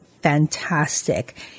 Fantastic